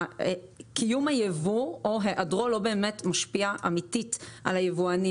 קיום הייבוא או היעדרו לא באמת משפיע אמיתית על היבואנים,